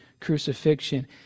crucifixion